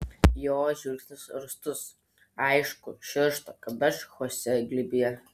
jo žvilgsnis rūstus aišku širsta kad aš chosė glėbyje